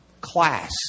class